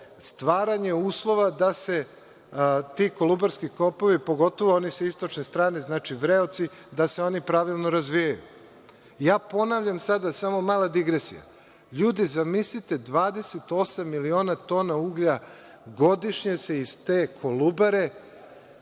stvaranje uslova da se ti kolubarski kopovi, pogotovo oni sa istočne strane, Vreoci, da se oni pravilno razvijaju. Ponavljam, samo mala digresija, zamislite ljudi, 28 miliona tona uglja godišnje se iz te Kolubare